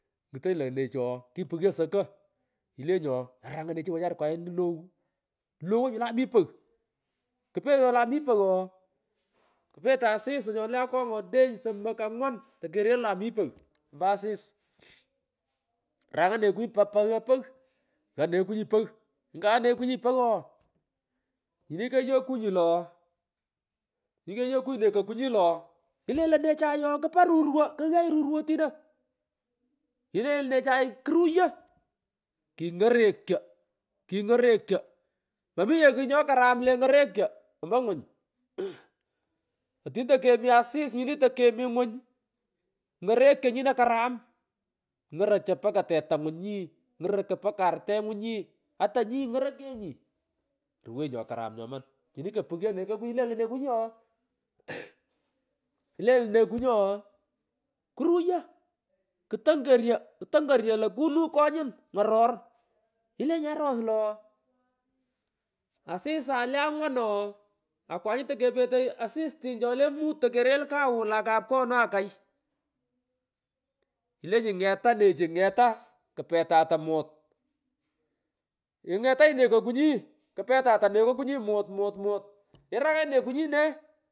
Ngutonyi lo necho ooh kipughyo soko ilenyi ooh ngarangan nachu wechara ngwanja logh lowoch wolay mi ragh tamipogh ooh keetoy asis nyole akonga edenyi, somoki, angwan tokerei wolay mi pogh ombo asis ranganyi nekokuchi pa nga pagh ghaa nekokunyi pagh nyini kayo kunyi lo ooh nyi keyokunyi nekoku lo oooh ilenyi nechay kpa rumuo kray ruro otino ilenyi nechay kuruyo kingerecho kingokekyo moming kugh nyokkaram le ngorekyo omeo ngwan otini tokomi asis muyini tokomi ngwun ngorekyo nyini karam ngorochey mpaka tetangunyi ngoroka mbaka aitengunyili atanyi ngorokenyi ruwenyi nyo karam nyoman ni kopuonyo nekokungi ilonyi rukokunyi oohmimba kruyo ktongongo kunuchi konyun ngaror ilenyi aros io ooh kumwana asisay le angwan ooh akwangu tokerekoy asistini chole mut tokeregh kaw wolay kopkono akay kumung ilanyi ngeta nechu mutmmh nekokunyi keetata nekokunyi mut mut mut irangangi nikokunyi nee.